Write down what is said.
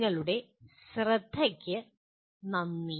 നിങ്ങളുടെ ശ്രദ്ധയ്ക്ക് നന്ദി